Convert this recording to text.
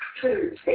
two